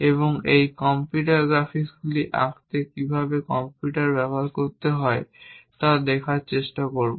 এবং এই কম্পিউটার গ্রাফিক্সগুলি আঁকতে কীভাবে কম্পিউটার ব্যবহার করতে হয় তা দেখার চেষ্টা করব